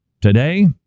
Today